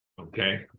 okay